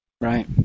Right